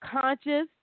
conscious